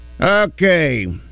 Okay